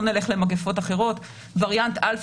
לא נלך למגפות אחרות וריאנט אלפא